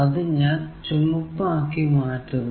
അത് ഞാൻ ചുമപ്പ് ആക്കി മാറ്റുന്നു